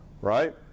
right